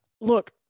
look